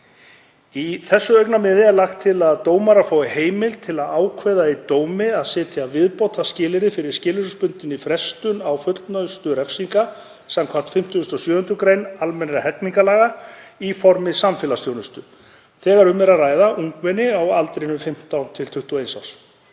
Í þessu augnamiði er lagt til að dómarar fái heimild til að ákveða í dómi að setja viðbótarskilyrði fyrir skilorðsbundinni frestun á fullnustu refsingar samkvæmt 57. gr. almennra hegningarlaga í formi samfélagsþjónustu þegar um er að ræða ungmenni á aldrinum 15–21 árs.